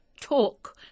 talk